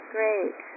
Great